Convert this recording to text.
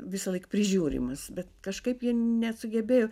visąlaik prižiūrimas bet kažkaip jie nesugebėjo